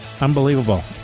Unbelievable